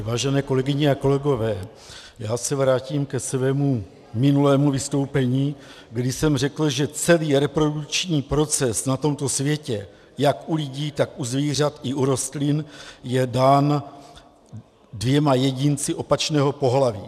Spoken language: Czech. Vážené kolegyně a kolegové, já se vrátím ke svému minulému vystoupení, kdy jsem řekl, že celý reprodukční proces na tomto světě, jak u lidí, tak u zvířat i u rostlin, je dán dvěma jedinci opačného pohlaví.